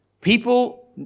people